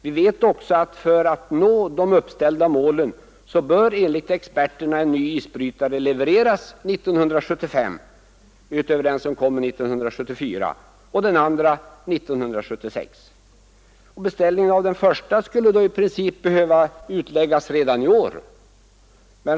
Vi vet också att för att nå de uppställda målen bör enligt experterna en ny isbrytare levereras 1975 — utöver den som kommer 1974 — och en annan 1976. Beställningen av den första skulle då i princip behöva utläggas redan i år.